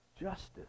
justice